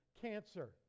cancer